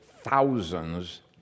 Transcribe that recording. thousands